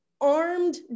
armed